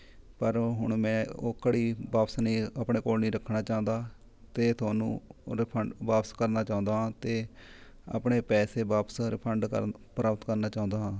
ਪਰ ਹੁਣ ਮੈਂ ਉਹ ਘੜੀ ਵਾਪਿਸ ਨਹੀਂ ਆਪਣੇ ਕੋਲ ਨਹੀਂ ਰੱਖਣਾ ਚਾਹੁੰਦਾ ਅਤੇ ਤੁਹਾਨੂੰ ਰਿਫੰਡ ਵਾਪਿਸ ਕਰਨਾ ਚਾਹੁੰਦਾ ਹਾਂ ਅਤੇ ਆਪਣੇ ਪੈਸੇ ਵਾਪਿਸ ਰਿਫੰਡ ਕਰਨ ਪ੍ਰਾਪਤ ਕਰਨਾ ਚਾਹੁੰਦਾ ਹਾਂ